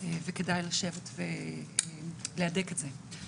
וכדאי לשבת ולהדק את זה,